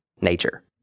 nature